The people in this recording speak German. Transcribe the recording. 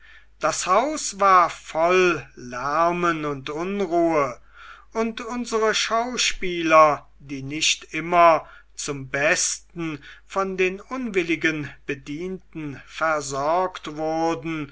das haus war voll lärmen und unruhe und unsere schauspieler die nicht immer zum besten von den unwilligen bedienten versorgt wurden